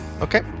Okay